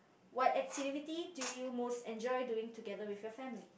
what activity do you enjoy most doing together with your family